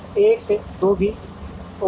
1 से 2 भी ओ है